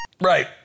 Right